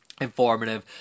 informative